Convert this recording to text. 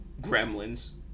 Gremlins